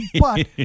but-